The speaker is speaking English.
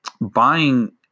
buying